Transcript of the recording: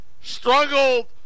struggled